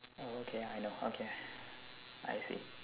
oh okay I know okay I see